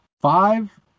Five